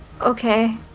okay